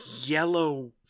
yellow